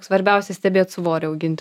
svarbiausia stebėt svorį auginti